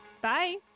bye